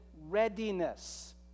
readiness